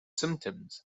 symptoms